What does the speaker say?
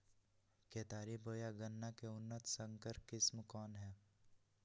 केतारी बोया गन्ना के उन्नत संकर किस्म कौन है?